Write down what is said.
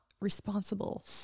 responsible